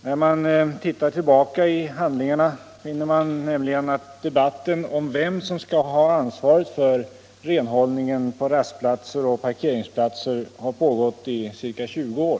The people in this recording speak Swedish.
När man tittar tillbaka i handlingarna finner man nämligen att debatten om vem som skall ha ansvaret för —-— renhållningen på rastplatser och parkeringsplatser har pågått i ca 20 år.